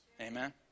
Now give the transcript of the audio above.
amen